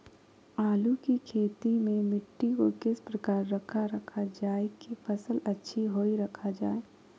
आलू की खेती में मिट्टी को किस प्रकार रखा रखा जाए की फसल अच्छी होई रखा जाए?